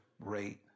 rate